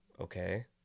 okay